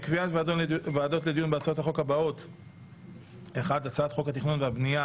קביעת ועדה לדיון בהצעת בהצעת חוק התכנון והבנייה